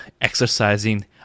exercising